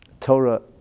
torah